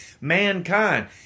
mankind